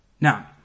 Now